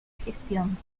gestión